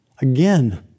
Again